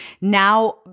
now